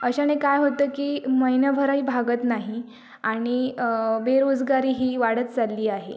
अशाने काय होतं की महिन्याभरही भागत नाही आणि बेरोजगारी ही वाढत चालली आहे